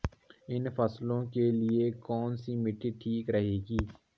इन फसलों के लिए कैसी मिट्टी ठीक रहेगी?